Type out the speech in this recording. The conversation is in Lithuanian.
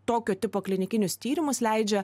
tokio tipo klinikinius tyrimus leidžia